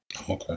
Okay